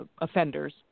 Offenders